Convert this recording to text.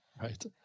right